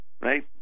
right